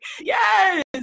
yes